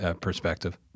perspective